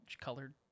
colored